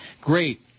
great